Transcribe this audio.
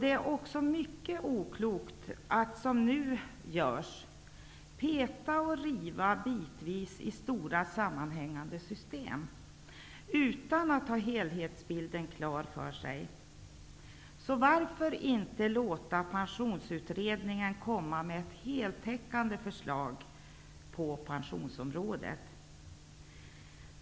Det är också mycket oklokt att som nu görs peta och riva bitvis i stora sammanhängande system utan att ha helhetsbilden klar för sig. Varför inte låta pensionsutredningen komma med ett heltäckande förslag på pensionsområdet.